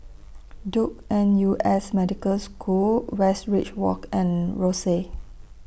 Duke N U S Medical School Westridge Walk and Rosyth